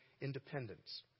independence